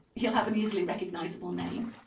he'll have an easily recognisable name.